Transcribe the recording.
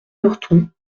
lurton